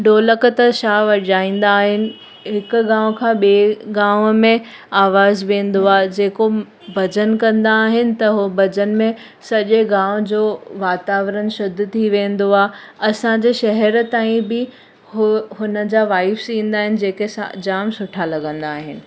ढोलक त छा वॼाईंदा आहिनि हिकु गांव खां ॿिए गांव में आवाज़ु वेंदो आहे जेको भॼनु कंदा आहिनि त हो भॼन में सॼे गांव जो वातावरण शुद्घ थी वेंदो आ असांजे शहर ताईं बि उनजा वाईव्स ईंदा आहिनि जेके जामु सुठा लॻंदा आहिनि